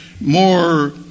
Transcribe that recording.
more